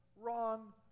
wrong